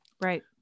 Right